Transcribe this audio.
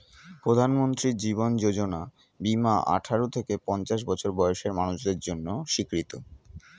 প্রধানমন্ত্রী জীবন যোজনা বীমা আঠারো থেকে পঞ্চাশ বছর বয়সের মানুষদের জন্য স্বীকৃত